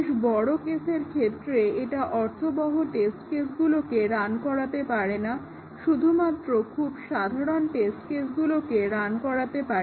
বেশ বড় কেসের ক্ষেত্রে এটা অর্থবহ টেস্ট কেসগুলোকে রান করাতে পারে না শুধুমাত্র খুব সাধারন টেস্ট কেসগুলোকে রান করাতে পারে